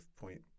point